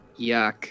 Yuck